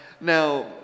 now